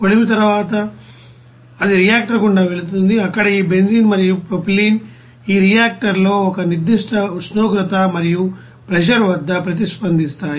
కొలిమి తరువాత అది రియాక్టర్ గుండా వెళుతుంది అక్కడ ఈ బెంజీన్ మరియు ప్రొపైలిన్ ఈ రియాక్టర్లో ఒక నిర్దిష్ట ఉష్ణోగ్రత మరియు ప్రెషర్ వద్ద ప్రతిస్పందిస్తాయి